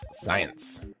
Science